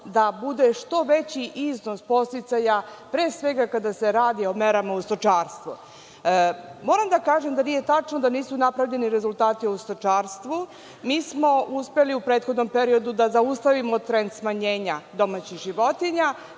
da bude što veći iznos podsticaja pre svega kada se radi o merama u stočarstvu. Moram da kažem da nije tačno da nisu napravljeni rezultati u stočarstvu. Nismo uspeli u prethodnom periodu da zaustavimo trend smanjenja domaćih životinja,